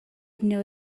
know